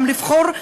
גם להיבחר,